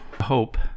Hope